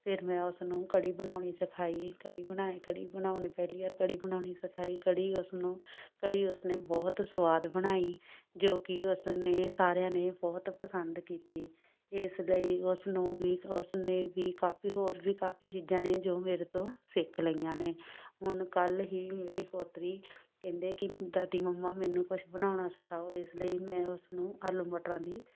ਫਿਰ ਮੈਂ ਉਸਨੂੰ ਕੜੀ ਬਣਾਉਣੀ ਸਿਖਾਈ ਕੜੀ ਬਣਾਏ ਕੜੀ ਬਣਾਉਣੀ ਪਹਿਲੀ ਵਾਰ ਘੜੀ ਬਣਾਉਣੀ ਸਿਖਾਈ ਕੜੀ ਉਸਨੂੰ ਕੜੀ ਉਸਨੇ ਬਹੁਤ ਸਵਾਦ ਬਣਾਈ ਜੋ ਕਿ ਉਸ ਨੇ ਸਾਰਿਆਂ ਨੇ ਬਹੁਤ ਪਸੰਦ ਕੀਤੀ ਇਸ ਲਈ ਉਸ ਨੂੰ ਵੀ ਉਸਨੇ ਵੀ ਕਾਫੀ ਹੋਰ ਵੀ ਕਾਫੀ ਚੀਜ਼ਾਂ ਨੇ ਜੋ ਮੇਰੇ ਤੋਂ ਸਿੱਖ ਲਈਆਂ ਨੇ ਹੁਣ ਕੱਲ੍ਹ ਹੀ ਮੇਰੀ ਪੋਤਰੀ ਕਹਿੰਦੇ ਕਿ ਦਾਦੀ ਮੰਮਾ ਮੈਨੂੰ ਕੁਛ ਬਣਾਉਣਾ ਸਿਖਾਓ ਇਸ ਲਈ ਮੈਂ ਉਸ ਨੂੰ ਆਲੂ ਮਟਰਾਂ ਦੀ